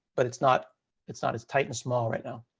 but it's not it's not as tight and small right now.